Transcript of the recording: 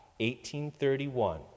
1831